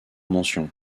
mentions